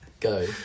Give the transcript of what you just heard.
go